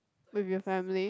with your family